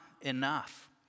enough